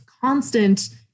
constant